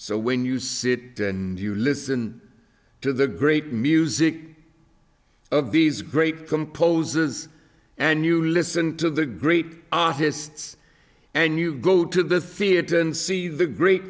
so when you sit and you listen to the great music of these great composers and you listen to the great artists and you go to the theater and see the great